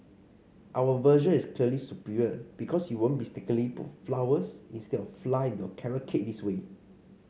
our version is clearly superior because you won't mistakenly put flowers instead of flour into your carrot cake this way